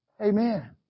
Amen